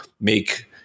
make